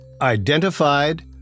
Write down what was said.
identified